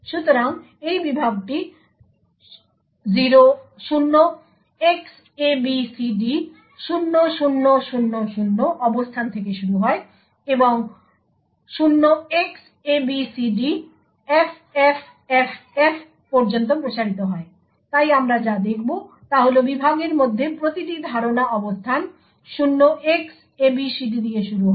সুতরাং এই বিভাগটি 0Xabcd0000 অবস্থান থেকে শুরু হয় এবং 0Xabcdffff পর্যন্ত প্রসারিত হয় তাই আমরা যা দেখব তা হল বিভাগের মধ্যে প্রতিটি ধারণা অবস্থান 0Xabcd দিয়ে শুরু হয়